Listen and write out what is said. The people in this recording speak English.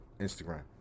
Instagram